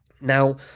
Now